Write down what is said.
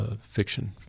fiction